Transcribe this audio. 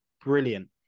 brilliant